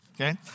Okay